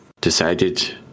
decided